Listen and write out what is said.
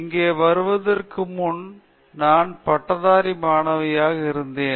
இங்கே வருவதற்கு முன் நான் ஒரு பட்டதாரி மாணவியாக இருந்தேன்